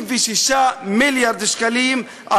36.476 מיליארד שקלים.